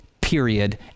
period